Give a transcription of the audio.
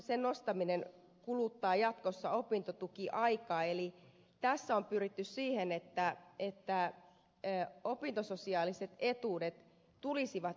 asumislisän nostaminen kuluttaa jatkossa opintotukiaikaa eli tässä on pyritty siihen että opintososiaaliset etuudet tulisivat ympärivuotisiksi